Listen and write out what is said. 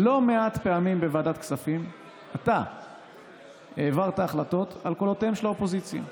לא מעט פעמים בוועדת כספים אתה העברת ההחלטות על קולותיה של האופוזיציה.